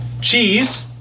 Cheese